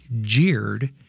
jeered